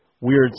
Weird